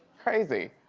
crazy.